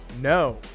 no